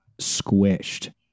squished